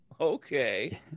Okay